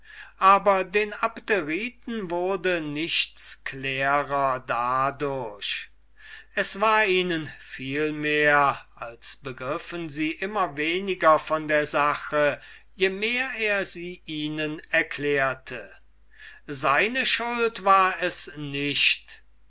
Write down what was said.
aber den abderiten wurde nichts klärer dadurch es war ihnen vielmehr als begriffen sie immer weniger von der sache je mehr er sie erklärte seine schuld war es nicht